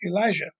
elijah